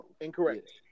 incorrect